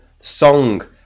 song